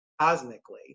cosmically